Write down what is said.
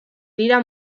dira